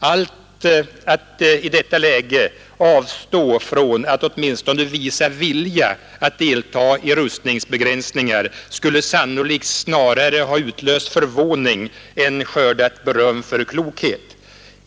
Att i detta läge avstå från att åtminstone visa vilja att delta i rustningsbegränsningar skulle sannolikt snarare ha utlöst förvåning än skördat beröm för klokhet.